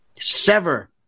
Sever